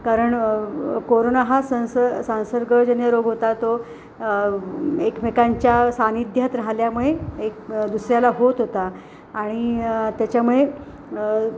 कारण कोरोना हा संस संसर्गजन्य रोग होता तो एकमेकांच्या सान्निध्यात राहिल्यामुळे एक दुसऱ्याला होत होता आणि त्याच्यामुळे